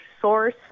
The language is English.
source